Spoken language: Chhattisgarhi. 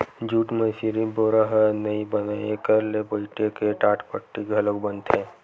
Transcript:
जूट म सिरिफ बोरा ह नइ बनय एखर ले बइटे के टाटपट्टी घलोक बनथे